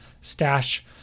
stash